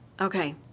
okay